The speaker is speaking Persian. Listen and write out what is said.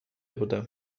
بودم